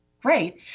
great